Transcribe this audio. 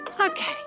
Okay